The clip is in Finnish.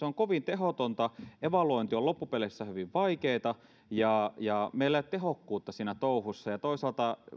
on kovin tehotonta evaluointi on loppupeleissä hyvin vaikeata ja meillä ei ole tehokkuutta siinä touhussa toisaalta